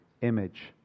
image